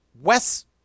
Wes